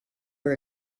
were